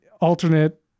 alternate